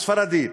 בספרדית.